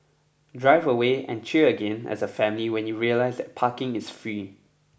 drive away and cheer again as a family when you realise that parking is free